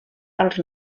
als